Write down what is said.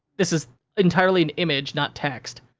this is entirely an image, not text.